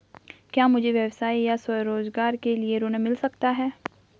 क्या मुझे व्यवसाय या स्वरोज़गार के लिए ऋण मिल सकता है?